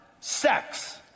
sex